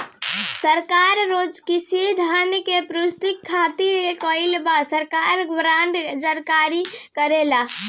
सरकार राजकोषीय धन के पूर्ति खातिर कई बार सरकारी बॉन्ड जारी करेला